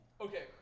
okay